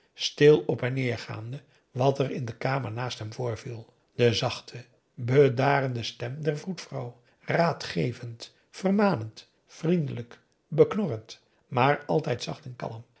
stil op en neer gaande wat in de kamer naast hem voorviel de zachte bedarende stem der vroedvrouw raadgevend vermanend vriendelijk beknorrend maar altijd zacht en kalm